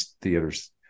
theaters